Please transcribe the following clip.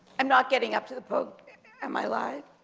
i'm not getting up to the podium am i live?